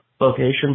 location